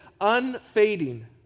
unfading